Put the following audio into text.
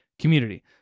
community